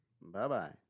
Bye-bye